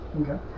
Okay